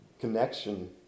connection